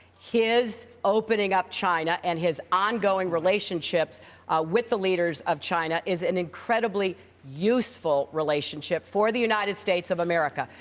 his opening up china and his ongoing relationships with the leaders of china is an incredibly useful relationship for the united states of america.